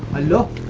and